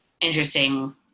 interesting